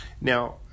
Now